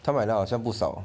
他买好像好像不少